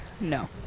No